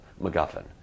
MacGuffin